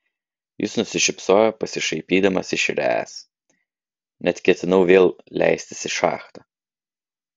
jis nusišypsojo pasišaipydamas iš ręs net ketinau vėl leistis į šachtą